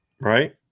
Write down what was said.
right